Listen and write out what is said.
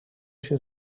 się